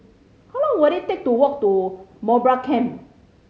how long will it take to walk to Mowbray Camp